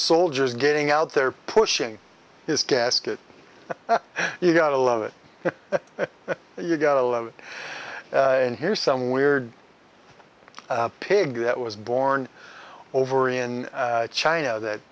soldiers getting out there pushing his casket you gotta love it you gotta love it and here's some weird pig that was born or over in china that